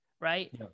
Right